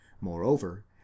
moreover